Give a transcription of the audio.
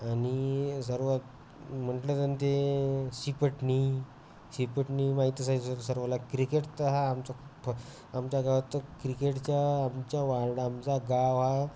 आणि सर्वात म्हटलं त्यानं ते शिपटणी शिपटणी माहीतच आहे सर्वाला क्रिकेट तर हा आमचा आमच्या गावातच क्रिकेटच्या आमच्या वार्ड आमचा गाव हा